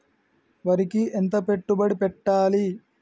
వరికి ఎంత పెట్టుబడి పెట్టాలి?